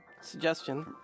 suggestion